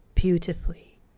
Beautifully